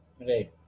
right